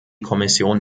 kommission